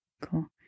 cool